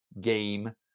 game